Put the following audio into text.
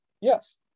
yes